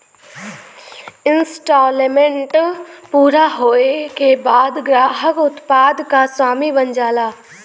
instalment पूरा होये के बाद ग्राहक उत्पाद क स्वामी बन जाला